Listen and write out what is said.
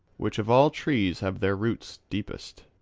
which of all trees have their roots deepest.